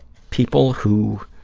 people who